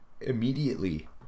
immediately